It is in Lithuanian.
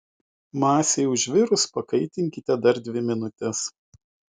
masei užvirus pakaitinkite dar dvi minutes